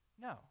No